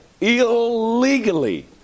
illegally